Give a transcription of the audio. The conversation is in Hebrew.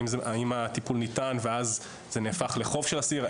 האם הטיפול ניתן ואז זה נהפך לחוב של אסיר?